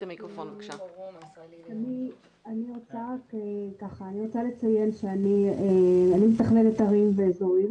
אני רוצה לציין שאני מתכננת ערים ואזורים